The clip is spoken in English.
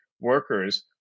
workers